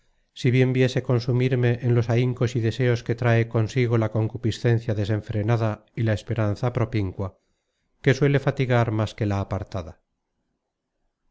si bien viese consumirme en los ahincos y deseos que trae consigo la concupiscencia desenfrenada y la esperanza propincua que suele fatigar más que la apartada